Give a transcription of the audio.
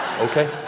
Okay